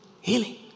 healing